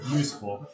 useful